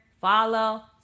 follow